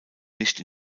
nicht